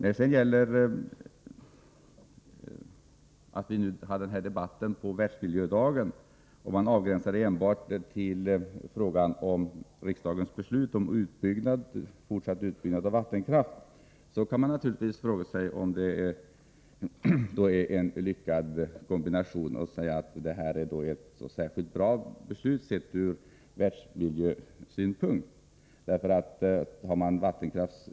Vad sedan gäller förhållandet att denna debatt förs på Världsmiljödagen kan man fråga sig, om man ser enbart till riksdagens beslut avseende fortsatt utbyggnad av vattenkraften, om det verkligen är ett lämpligt tillfälle ur världsmiljösynpunkt för ett sådant beslut.